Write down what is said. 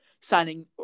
signing